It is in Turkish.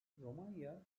romanya